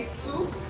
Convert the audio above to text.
soup